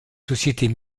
sociétés